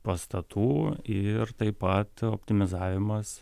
pastatų ir taip pat optimizavimas